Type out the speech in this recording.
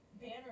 banner